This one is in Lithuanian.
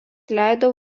leido